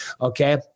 okay